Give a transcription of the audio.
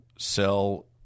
sell